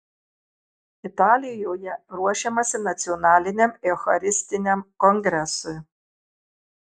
italijoje ruošiamasi nacionaliniam eucharistiniam kongresui